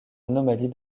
anomalie